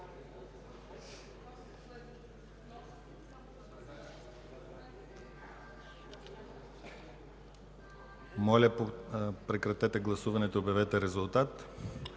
Прекратете гласуването и обявете резултата.